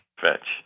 fetch